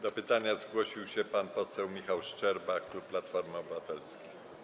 Do pytania zgłosił się pan poseł Michał Szczerba, klub Platformy Obywatelskiej.